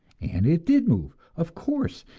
and it did move, of course,